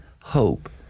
hope